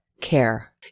care